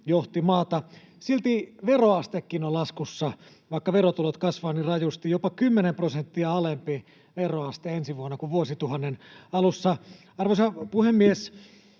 johti maata. Silti veroastekin on laskussa, vaikka verotulot kasvavat niin rajusti: jopa kymmenen prosenttia alempi veroaste ensi vuonna kuin vuosituhannen alussa. Arvoisa puhemies!